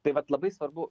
tai vat labai svarbu